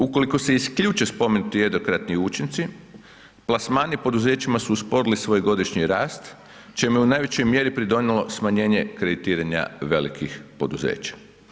Ukoliko se isključe spomenuti jednokratni učinci, plasmani poduzećima su usporili svoj godišnji rast čemu je u najvećoj mjeri pridonjelo smanjenje kreditiranja velikih poduzeća.